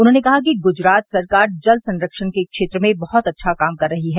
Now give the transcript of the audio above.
उन्होंने कहा कि गुजरात सरकार जल संरक्षण के क्षेत्र में बहुत अच्छा काम कर रही है